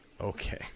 okay